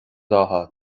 átha